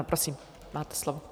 Prosím, máte slovo.